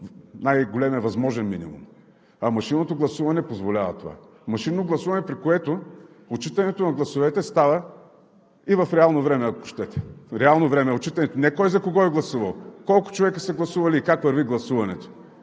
най-големия възможен минимум, а машинното гласуване позволява това машинно гласуване, при което отчитането на гласовете става и в реално време, ако щете. В реално време отчитането – не кой за кого е гласувал, а колко човека са гласували и как върви гласуването.